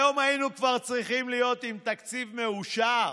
היום היינו כבר צריכים להיות עם תקציב מאושר.